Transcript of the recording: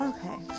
Okay